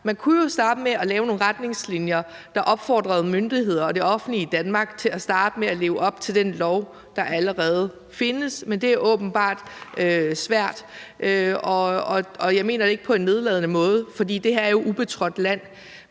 Man kunne jo starte med at lave nogle retningslinjer, der opfordrede myndigheder og det offentlige Danmark til at starte med at leve op til den lov, der allerede findes, men det er åbenbart svært, og jeg mener det ikke på en nedladende måde, for det her er ubetrådt land.